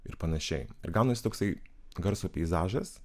ir panašiai ir gaunasi toksai garso peizažas